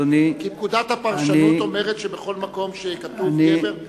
כי פקודת הפרשנות אומרת שבכל מקום שכתוב גבר זה גם אשה.